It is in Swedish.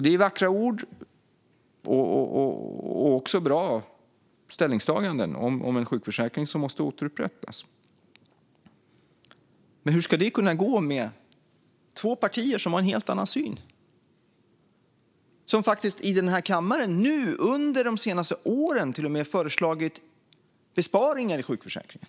Det är vackra ord och även bra ställningstaganden om en sjukförsäkring som måste återupprättas. Men hur ska det kunna gå med två partier som har en helt annan syn och som faktiskt i den här kammaren, nu under de senaste åren, till och med har föreslagit besparingar i sjukförsäkringen?